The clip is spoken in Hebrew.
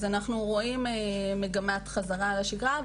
אז כן אנחנו רואים מגמת חזרה לשגרה,